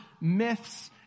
myth's